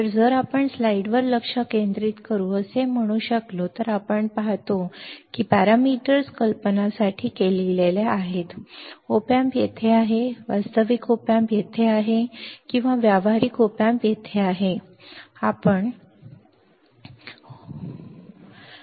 तर जर आपण स्लाइडवर लक्ष केंद्रित करू असे म्हणू शकलो तर आपण पाहतो की पॅरामीटर्स कल्पना साठी लिहिलेले आहेत op amp तेथे आहे आणि वास्तविक op amp तेथे आहे किंवा व्यावहारिक op amp तेथे आहे आपण येथे तेच पाहतो जे आपण होते बरोबर चर्चा करणे